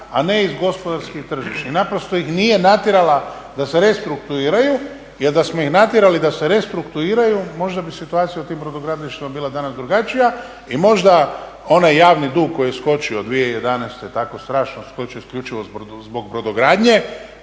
a ne iz gospodarskih i tržišnih. Naprosto ih nije natjerala da se restrukturiraju jer da smo ih natjerali da se restrukturiraju, možda bi situacija u tim brodogradilištima bila danas drugačija i možda onaj javni dug koji je skočio 2011., tako strašno skočio isključivo zbog brodogradnje,